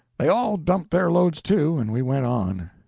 they all dumped their loads, too, and we went on.